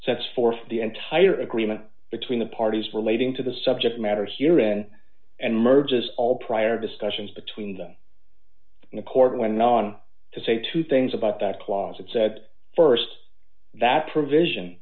sets forth the entire agreement between the parties relating to the subject matter here in and merges all prior discussions between them in a court went on to say two things about that clause that said st that provision